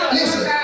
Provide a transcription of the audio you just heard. Listen